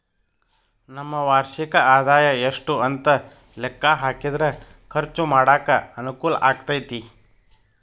ನಮ್ಮ ವಾರ್ಷಿಕ ಆದಾಯ ಎಷ್ಟು ಅಂತ ಲೆಕ್ಕಾ ಹಾಕಿದ್ರ ಖರ್ಚು ಮಾಡಾಕ ಅನುಕೂಲ ಆಗತೈತಿ